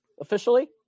officially